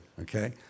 okay